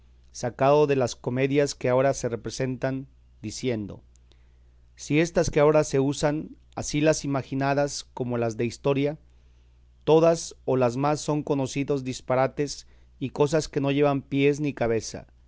sacado de las comedias que ahora se representa diciendo si estas que ahora se usan así las imaginadas como las de historia todas o las más son conocidos disparates y cosas que no llevan pies ni cabeza